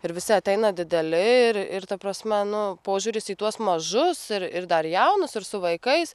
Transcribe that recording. ir visi ateina dideli ir ir ta prasme nu požiūris į tuos mažus ir ir dar jaunus ir su vaikais